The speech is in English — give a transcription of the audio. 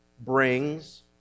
brings